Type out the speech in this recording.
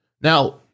Now